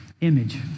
image